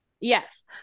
Yes